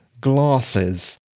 Glasses